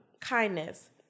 kindness